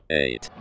eight